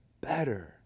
better